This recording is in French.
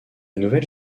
nouvelle